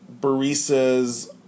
baristas